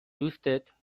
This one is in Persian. دوستت